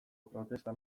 protesta